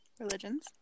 religions